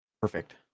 perfect